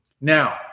Now